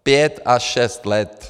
Pět až šest let.